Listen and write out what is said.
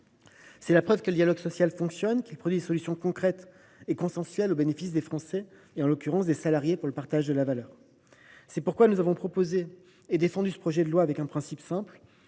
C’est la preuve que le dialogue social fonctionne et qu’il produit des solutions concrètes et consensuelles au bénéfice des Français et, en l’occurrence, des salariés, pour le partage de la valeur. C’est pourquoi nous avons proposé et défendu ce projet de loi avec un principe simple